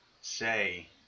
say